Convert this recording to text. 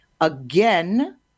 again